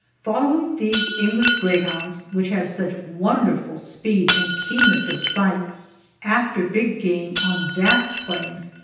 following these english greyhounds which have such wonderful speed and keenness of sight after big game on vast plains,